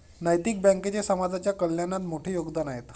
नैतिक बँकेचे समाजाच्या कल्याणात मोठे योगदान आहे